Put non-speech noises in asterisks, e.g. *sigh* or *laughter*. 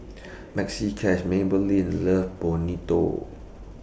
*noise* Maxi Cash Maybelline Love Bonito